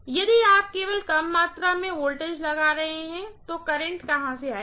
यदि आप केवल कम मात्रा में वोल्टेज लगा रहे हैं तो करंट कहां से आएगा